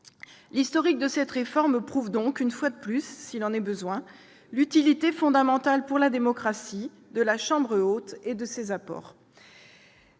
L'historique de cette réforme prouve une fois de plus, s'il en était besoin, l'utilité fondamentale, pour la démocratie, de la chambre haute et de ses apports.